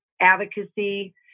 advocacy